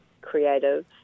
creative